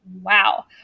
wow